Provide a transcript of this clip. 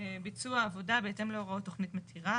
ביצוע עבודה בהתאם להוראות תוכנית מתירה.